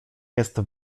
jest